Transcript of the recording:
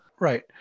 Right